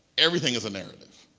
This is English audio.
everything is a narrative.